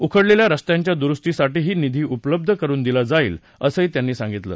उखडलेल्या रस्त्यांच्या दुरुस्तीसाठीही निधी उपलब्ध करुन दिला जाईल असं त्यांनी सांगितलं